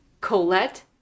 Colette